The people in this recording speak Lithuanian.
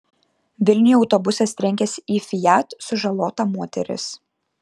vilniuje autobusas trenkėsi į fiat sužalota moteris